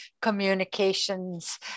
communications